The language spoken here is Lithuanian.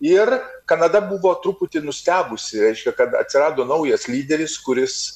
ir kanada buvo truputį nustebusi reiškia kad atsirado naujas lyderis kuris